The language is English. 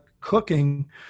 cooking